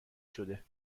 شده